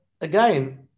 again